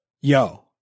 yo